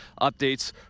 updates